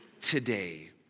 today